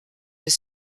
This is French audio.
mais